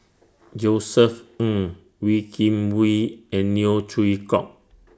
Josef Ng Wee Kim Wee and Neo Chwee Kok